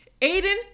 aiden